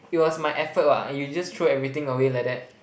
it was my effort what you just threw everything away like that